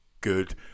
good